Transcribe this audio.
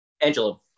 angela